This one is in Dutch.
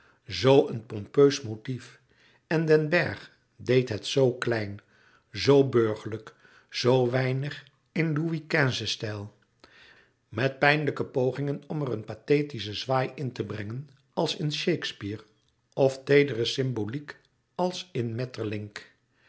zoo een pompeus motief en den bergh deed het zoo klein zoo burgerlijk zoo weinig in louis xv stijl met pijnlouis couperus metamorfoze lijke pogingen om er een pathetischen zwaai in te brengen als in shakespere of teedere symboliek als in maeterlinck